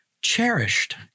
Cherished